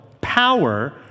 power